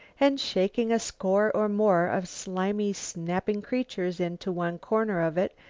and, shaking a score or more of slimy, snapping creatures into one corner of it,